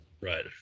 Right